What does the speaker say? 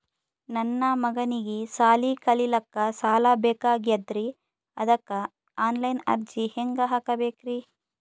ನನ್ನ ಮಗನಿಗಿ ಸಾಲಿ ಕಲಿಲಕ್ಕ ಸಾಲ ಬೇಕಾಗ್ಯದ್ರಿ ಅದಕ್ಕ ಆನ್ ಲೈನ್ ಅರ್ಜಿ ಹೆಂಗ ಹಾಕಬೇಕ್ರಿ?